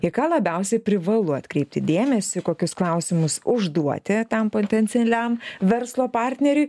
į ką labiausiai privalu atkreipti dėmesį kokius klausimus užduoti tam potencaliam verslo partneriui